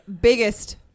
biggest